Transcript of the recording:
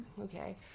okay